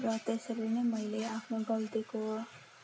र त्यसरी नै मैले आफ्नो गल्तीको